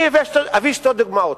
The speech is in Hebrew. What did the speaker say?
אני אביא שתי דוגמאות.